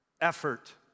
effort